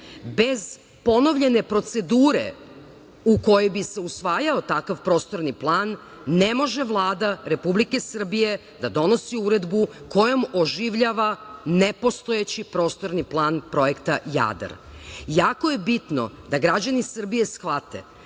bez ponovljene procedure u kojoj bi se usvajao takav prostorni plan, ne može Vlada Republike Srbije da donosi uredbu kojom oživljava nepostojeći prostorni plan projekta Jadar. Jako je bitno da građani Srbije shvate